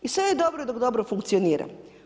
I sve je dobro dok dobro funkcionira.